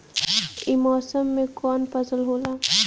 ई मौसम में कवन फसल होला?